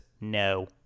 no